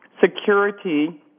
security